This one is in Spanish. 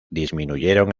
disminuyeron